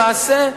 למעשה,